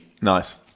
nice